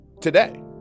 today